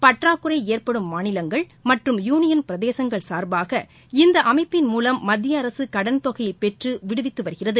பற்றாக்குறை ஏற்படும் மாநிலங்கள் மற்றும் யுளியள் பிரதேசங்கள் சா்பாக இந்த அமைப்பின் மூலம் மத்திய அரசு கடன் தொகையை பெற்று விடுவித்து வருகிறது